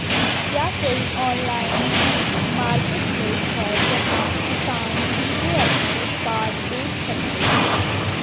क्या कोई online marketplace है जहां किसान सीधे अपने उत्पाद बेच सकते हैं?